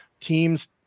teams